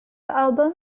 album